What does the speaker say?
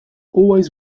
always